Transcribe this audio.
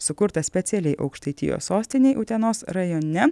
sukurtą specialiai aukštaitijos sostinei utenos rajone